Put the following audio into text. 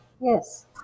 Yes